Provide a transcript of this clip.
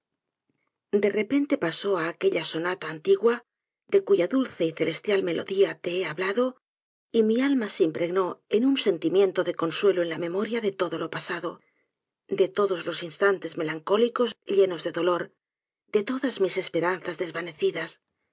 de repente pasó á aquella sonata antigua de cuya dulce y celestial melodía te he hablado y mi alma se impregnó en un sentimiento de consuelo en la memoria de todo lo pasado de todos los instantes melancólicos llenos de dolor de todas mis esperanzas desvanecidas